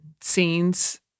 scenes